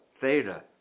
theta